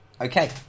okay